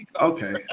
Okay